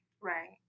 Right